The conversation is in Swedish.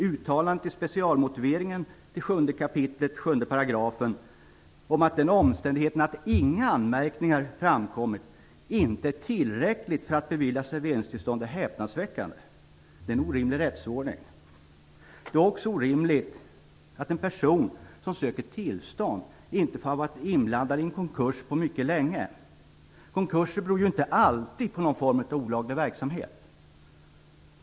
Uttalandet i specialmotiveringen till 7 kap. 7 §, att omständigheten att inga anmärkningar framkommit inte är tillräckligt för att bevilja serveringstillstånd, är häpnadsväckande. Det är en orimlig rättsordning. Det är också orimligt att en person som söker tillstånd inte får ha varit inblandad i en konkurs på mycket länge. Konkurser beror ju inte alltid på någon form av olaglig verksamhet.